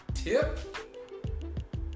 Tip